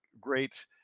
great